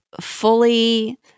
Fully